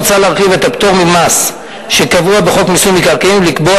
מוצע להרחיב את הפטור ממס שקבוע בחוק מיסוי מקרקעין ולקבוע